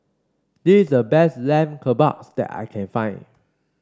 this is the best Lamb Kebabs that I can find